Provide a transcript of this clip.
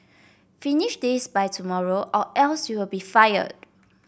finish this by tomorrow or else you'll be fired